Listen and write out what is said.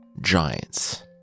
giants